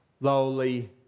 lowly